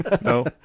No